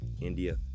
India